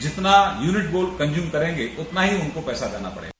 जितना यूनिट वह कंज्यूम करेंगे उतना ही उनको पैसा देना पड़ेगा